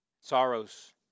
sorrows